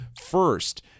First